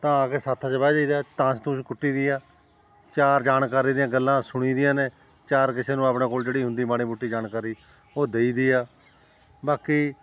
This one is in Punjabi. ਤਾਂ ਆ ਕੇ ਸੱਥ 'ਚ ਬਹਿ ਜਾਈਦਾ ਤਾਸ਼ ਤੂਸ਼ ਕੁੱਟੀਦੀ ਆ ਚਾਰ ਜਾਣਕਾਰੀ ਦੀਆਂ ਗੱਲਾਂ ਸੁਣੀ ਦੀਆਂ ਨੇ ਚਾਰ ਕਿਸੇ ਨੂੰ ਆਪਣਾ ਕੋਲ ਜਿਹੜੀ ਹੁੰਦੀ ਮਾੜੀ ਮੋਟੀ ਜਾਣਕਾਰੀ ਉਹ ਦਈ ਦੀ ਆ ਬਾਕੀ